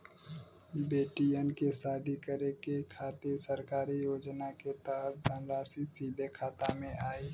बेटियन के शादी करे के खातिर सरकारी योजना के तहत धनराशि सीधे खाता मे आई?